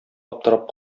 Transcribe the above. аптырап